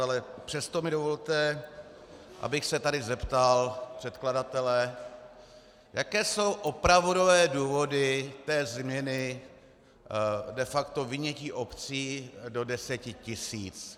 Ale přesto mi dovolte, abych se tady zeptal předkladatele, jaké jsou opravdové důvody změny de facto vynětí obcí do 10 tisíc.